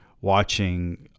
watching